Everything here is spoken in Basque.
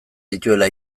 dituela